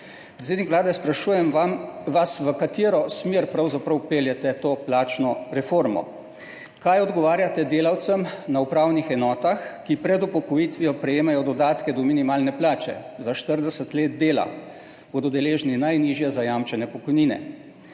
Predsednik Vlade, sprašujem vas: V katero smer pravzaprav peljete to plačno reformo? Kaj odgovarjate delavcem na upravnih enotah, ki pred upokojitvijo prejemajo dodatke do minimalne plače? Za 40 let dela bodo deležni najnižje zajamčene pokojnine.